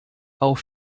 auf